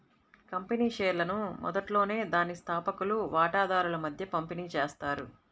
company షేర్లను మొదట్లోనే దాని స్థాపకులు వాటాదారుల మధ్య పంపిణీ చేస్తారు